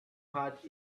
heart